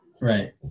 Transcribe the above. Right